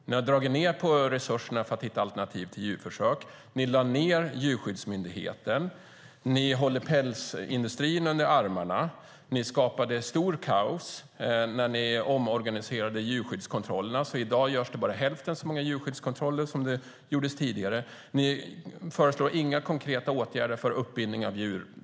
Ni har dragit ned på resurserna för att hitta alternativ till djurförsök, ni lade ned Djurskyddsmyndigheten, ni håller pälsindustrin under armarna, ni skapade stort kaos när ni omorganiserade djurskyddskontrollerna så att det i dag bara görs hälften så många djurskyddskontroller som det gjordes tidigare och ni föreslår inga konkreta åtgärder när det gäller uppbindning av djur.